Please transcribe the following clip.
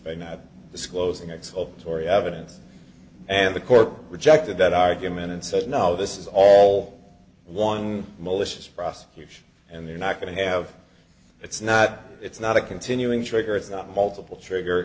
that disclosing exculpatory evidence and the court rejected that argument and said now this is all one malicious prosecution and they're not going to have it's not it's not a continuing trigger it's not multiple trigger